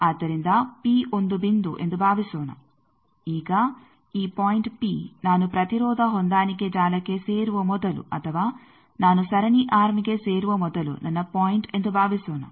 ಆದ್ದರಿಂದ ಪಿ ಒಂದು ಬಿಂದು ಎಂದು ಭಾವಿಸೋಣ ಈಗ ಈ ಪಾಯಿಂಟ್ ಪಿ ನಾನು ಪ್ರತಿರೋಧ ಹೊಂದಾಣಿಕೆ ಜಾಲಕ್ಕೆ ಸೇರುವ ಮೊದಲು ಅಥವಾ ನಾನು ಸರಣಿ ಆರ್ಮ್ಗೆ ಸೇರುವ ಮೊದಲು ನನ್ನ ಪಾಯಿಂಟ್ ಎಂದು ಭಾವಿಸೋಣ